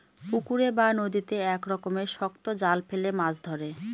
পুকুরে বা নদীতে এক রকমের শক্ত জাল ফেলে মাছ ধরে